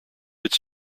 its